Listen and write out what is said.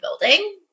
building